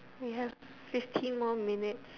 we have fifteen more minutes